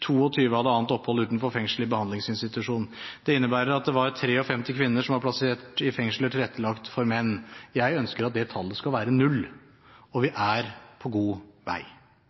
annet opphold utenfor fengsel i behandlingsinstitusjon. Det innebærer at det var 53 kvinner som var plassert i fengsler tilrettelagt for menn. Jeg ønsker at det tallet skal være 0, og vi er på god vei.